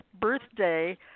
birthday